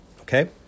Okay